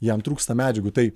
jam trūksta medžiagų tai